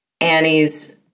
annie's